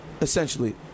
essentially